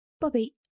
Bobby